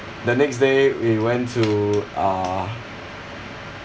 the next day we went to uh